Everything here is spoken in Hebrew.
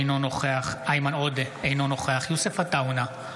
אינו נוכח איימן עודה, אינו נוכח יוסף עטאונה,